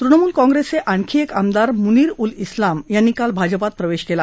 तृणमूल काँप्रेसचे आणखी एक आमदार मुनीर उल उलाम यांनी काल भाजपात प्रवेश केला